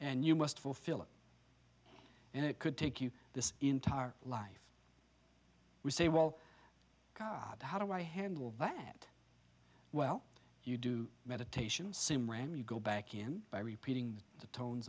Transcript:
and you must fulfill it and it could take you this entire life we say well god how do i handle that well you do meditation simran you go back in by repeating the tones